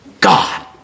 God